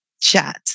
chat